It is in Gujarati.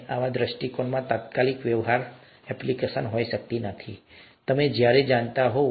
અને આવા દૃષ્ટિકોણમાં તાત્કાલિક વ્યવહારિક એપ્લિકેશન હોઈ શકતી નથી તમે ક્યારેય જાણતા નથી